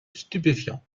stupéfiants